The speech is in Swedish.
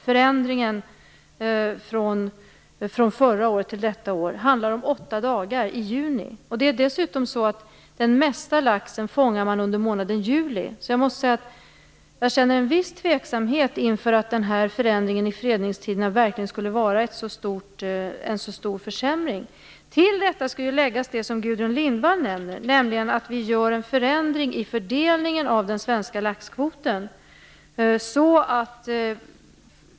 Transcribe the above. Förändringen från förra året till detta år gäller åtta dagar i juni. Dessutom fångar man den mesta laxen under månaden juli. Därför måste jag säga att jag tvivlar på att den här förändringen av fredningstiderna verkligen skulle innebära en så stor försämring. Till detta skall det som Gudrun Lindvall säger läggas, nämligen att vi gör en förändring när det gäller fördelningen av den svenska laxkvoten.